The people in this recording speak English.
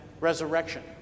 resurrection